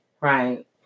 Right